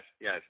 yes